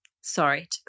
Sorry